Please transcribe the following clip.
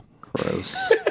gross